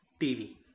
TV